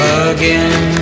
again